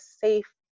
safe